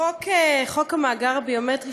חוק המאגר הביומטרי,